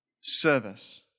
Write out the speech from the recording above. service